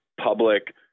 public